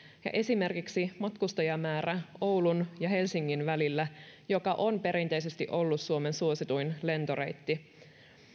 ja esimerkiksi matkustajamäärä oulun ja helsingin välillä joka on perinteisesti ollut suomen suosituin lentoreitti